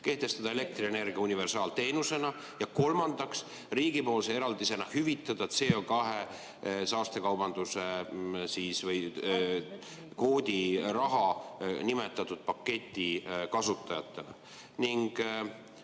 kehtestada elektrienergia universaalteenusena, ja kolmandaks, riigipoolse eraldisena hüvitada CO2saastekaubanduse või -kvoodi raha nimetatud paketi kasutajatele.